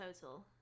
total